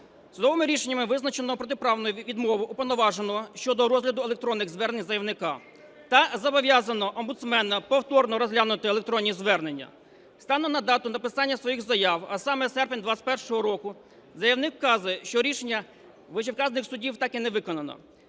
Судовими рішеннями визначено протиправну відмову Уповноваженого щодо розгляду електронних звернень заявника та зобов'язано омбудсмена повторно розглянути електронні звернення. Станом на дату написання своїх заяв, а саме серпень 21-го року, заявник вказує, що рішення вищевказаних судів так і не виконано.